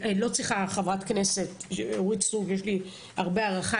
חברת הכנסת אורית סטרוק שיש לי הרבה הערכה